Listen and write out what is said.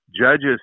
Judges